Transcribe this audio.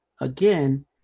again